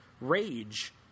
rage